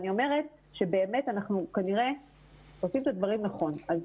אנחנו כנראה עושים את הדברים נכון, אז